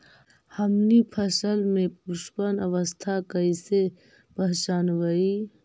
हमनी फसल में पुष्पन अवस्था कईसे पहचनबई?